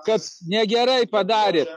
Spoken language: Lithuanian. kas negerai padarė